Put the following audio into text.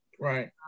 right